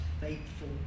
faithful